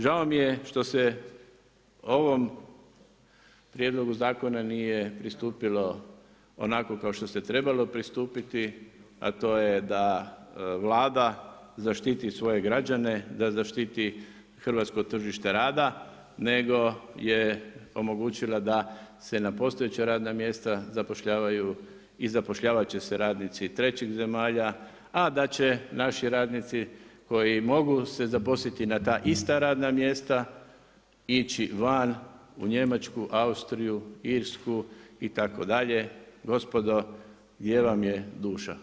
Žao mi je što se ovom prijedlogu zakona nije pristupilo onako kao što se trebalo pristupiti, a to je da Vlada zaštiti svoje građane, da zaštiti hrvatsko tržište rada nego je omogućila da se na postojeća radna mjesta zapošljavaju i zapošljavat će se radnici trećih zemalja, a da će naši radnici koji mogu se zaposliti na ta ista radna mjesta ići van u Njemačku, Austriju, Irsku itd. gospodo gdje vam je duša?